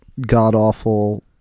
god-awful